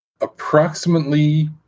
approximately